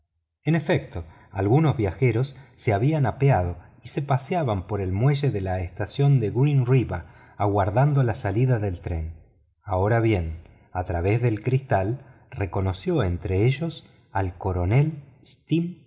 en efecto algunos viajeros se habían apeado y se paseaban por el muelle de la estación de green river aguardando la salida del tren ahora bien a través del cristal reconoció entre ellos al coronel